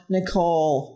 Nicole